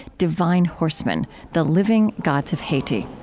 divine horsemen the living gods of haiti